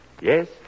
Yes